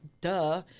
duh